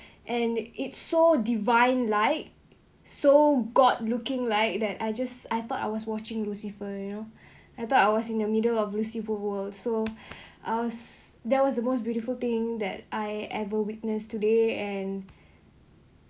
and it so divine like so god looking like that I just I thought I was watching lucifer you know I thought I was in the middle of lucifer world so I was there was the most beautiful thing that I ever witness today and